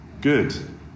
Good